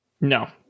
No